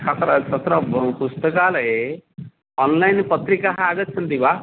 तत्र तत्र भो पुस्तकालये अन्लैन् पत्रिकाः आगच्छन्ति वा